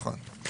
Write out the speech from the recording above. נכון.